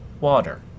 water